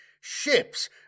Ships